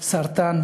סרטן,